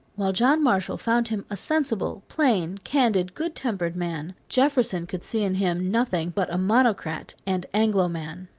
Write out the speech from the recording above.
while john marshall found him a sensible, plain, candid, good-tempered man, jefferson could see in him nothing but a monocrat and anglo-man.